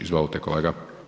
Izvolite kolega.